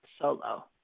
solo